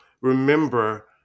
Remember